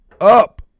up